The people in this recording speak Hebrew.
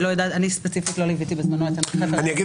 אני ספציפית לא לוויתי בזמנו את --- אני לא מכיר